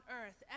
earth